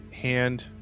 hand